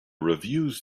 reviews